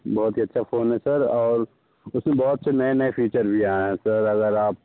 बहुत ही अच्छा फ़ोन है सर और उसमें बहुत से नए नए फ़ीचर्स भी आए हैं सर अगर आप